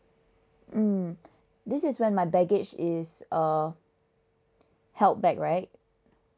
mm this is when my baggage is err held back right